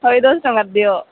ଶଏ ଦଶ ଟଙ୍କାର ଦିଅ